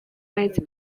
this